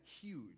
huge